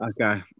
Okay